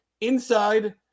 inside